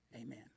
Amen